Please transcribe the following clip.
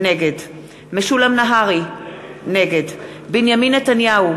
נגד משולם נהרי, נגד בנימין נתניהו,